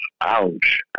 Ouch